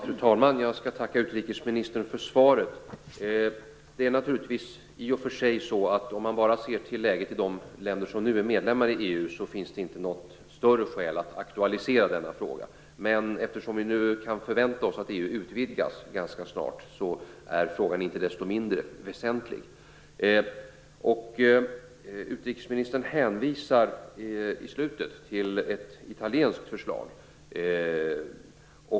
Fru talman! Jag tackar utrikesministern för svaret. Om man bara ser till läget i de länder som nu är medlemmar i EU, finns det naturligtvis i och för sig inga större skäl att aktualisera denna fråga. Men eftersom vi nu kan förvänta oss att EU utvidgas ganska snart, är frågan inte desto mindre väsentlig. Utrikesministern hänvisar på slutet till ett italienskt förslag.